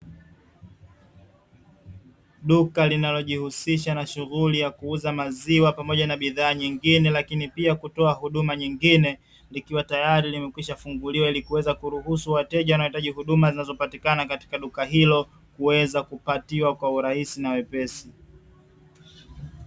Duka linalojihusisha na Shughuli ya kuuza maziwa pamoja na bidhaa nyingine, lakin pia kutoa huduma nyingine. Likiwa tayari limekwisha kufunguliwa ili kuweza kuruhusu wateje wanaohitaji kupatiwa huduma zinazopatikana katika duka hilo, kuweza kupatiwa kwa urahisi na wepesi.